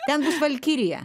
ten bus valkirija